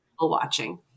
watching